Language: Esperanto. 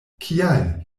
kial